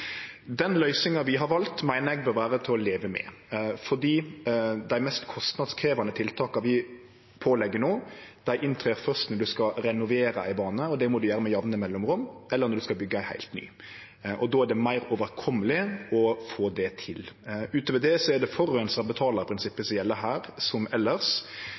Den løysinga vi har valt, meiner eg bør vere til å leve med. For dei mest kostnadskrevjande tiltaka vi pålegg no, gjeld først når ein skal renovere ei bane, og det må ein gjere med jamne mellomrom, eller når ein skal byggje ei helt ny bane. Då er det meir overkomeleg å få det til. Utover det er det forureinar betaler-prinsippet som gjeld her som elles.